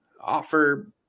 offer